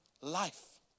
life